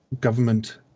government